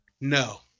No